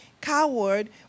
coward